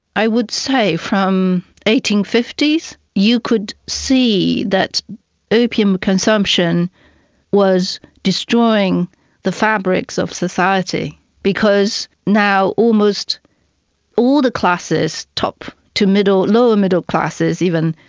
i would say from eighteen fifty s you could see that opium consumption was destroying the fabrics of society because now almost all the classes, top to middle, lower middle classes even,